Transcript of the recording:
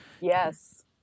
Yes